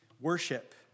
Worship